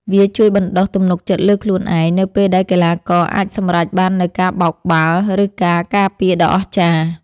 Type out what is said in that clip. វាជួយបណ្ដុះ ទំនុកចិត្តលើខ្លួនឯង នៅពេលដែលកីឡាករអាចសម្រេចបាននូវការបោកបាល់ ឬការការពារដ៏អស្ចារ្យ។